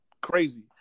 crazy